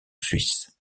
suisse